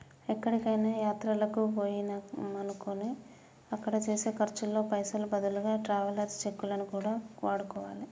ఎక్కడికైనా యాత్రలకు బొయ్యినమనుకో అక్కడ చేసే ఖర్చుల్లో పైసలకు బదులుగా ట్రావెలర్స్ చెక్కులను కూడా వాడుకోవాలే